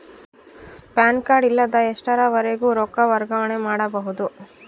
PAN card ಇಲ್ಲದ ಎಷ್ಟರವರೆಗೂ ರೊಕ್ಕ ವರ್ಗಾವಣೆ ಮಾಡಬಹುದು?